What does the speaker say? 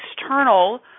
external